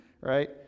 right